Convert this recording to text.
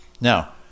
Now